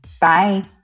Bye